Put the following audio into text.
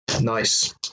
Nice